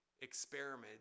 experiment